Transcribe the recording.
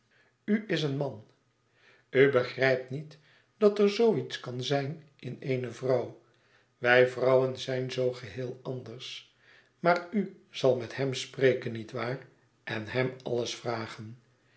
is een man u begrijpt niet dat er zoo iets kan zijn in eene vrouw wij vrouwen zijn zoo geheel anders maar u zal met hem spreken nietwaar en hem alles vragen